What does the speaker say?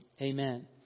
Amen